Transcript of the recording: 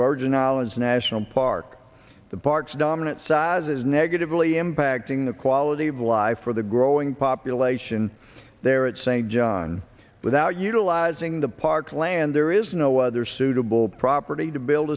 virgin islands national park the parks dominant sizes negatively impacting the quality of life for the growing population there at st john without utilizing the park land there is no other suitable property to build